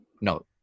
No